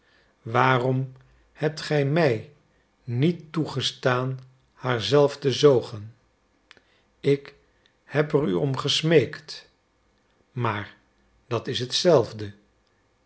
waarom hebt gij mij niet toegestaan haar zelf te zoogen ik heb er u om gesmeekt maar dat is hetzelfde